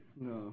No